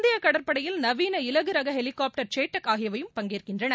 இந்திய கடற்படையில் நவீன இலகு ரக ஹெலிகாப்டர் செட்டாக் ஆகியவையும் பங்கேற்கின்றன